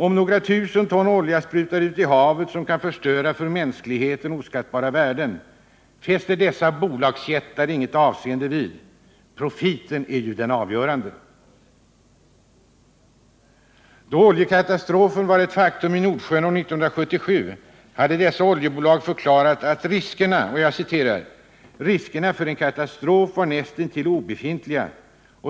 Om några tusen ton olja sprutar ut i havet, så att för mänskligheten oskattbara värden riskerar att förstöras, fäster dessa bolagsjättar inget avseende vid — profiten är ju det avgörande. Innan oljekatastrofen var ett faktum i Nordsjön år 1977 hade dessa oljebolag förklarat, att ”riskerna för en katastrof var näst intill obefintliga”.